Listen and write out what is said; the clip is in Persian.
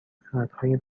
خردهای